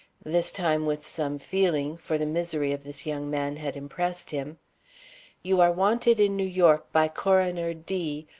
this time with some feeling, for the misery of this young man had impressed him you are wanted in new york by coroner d,